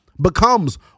becomes